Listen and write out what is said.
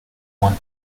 one